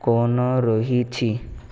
କ'ଣ ରହିଛି